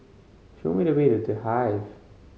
show me the way to The Hive